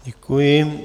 Děkuji.